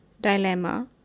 dilemma